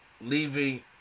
leaving